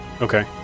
Okay